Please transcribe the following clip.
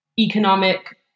economic